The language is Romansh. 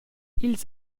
ils